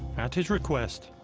at his request,